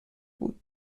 بود